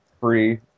free